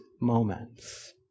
moments